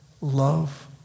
love